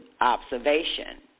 Observation